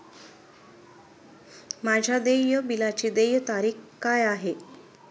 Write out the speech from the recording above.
माझ्या देय बिलाची देय तारीख काय आहे?